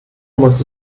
muss